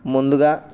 ముందుగా